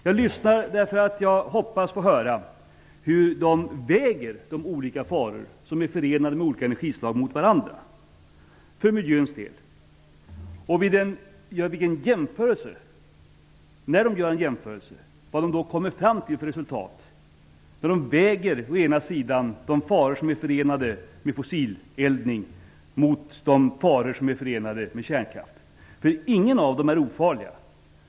Jag lyssnar därför att jag hoppas få höra hur de väger de olika faror som är förenade med olika energislag mot varandra för miljöns del och vad de kommer fram till för resultat när de väger de faror som är förenade med fossileldning mot de faror som är förenade med kärnkraft, för ingen av dem är ofarlig.